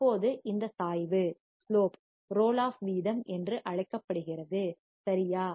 இப்போது இந்த சாய்வு ஸ்லோப் ரோல் ஆஃப் வீதம் என்று அழைக்கப்படுகிறது சரியா